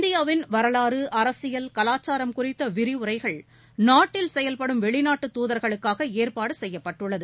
இந்தியாவின் வரலாறுஅரசியல் கலாச்சாரம் குறித்தவிரிவுரைகள் நாட்டில் செயல்படும் வெளிநாட்டுத் துாதர்களுக்காகஏற்பாடுசெய்யப்பட்டுள்ளது